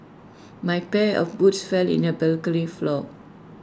my pair of boots fell in the balcony floor